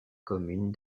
commune